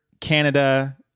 Canada